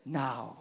now